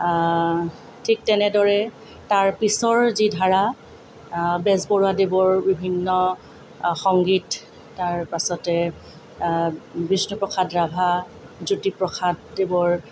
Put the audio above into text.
ঠিক তেনেদৰে তাৰ পিছৰ যি ধাৰা বেজবৰুৱাদেৱৰ বিভিন্ন সংগীত তাৰপাছতে বিষ্ণুপ্ৰসাদ ৰাভা জ্যোতি প্ৰসাদদেৱৰ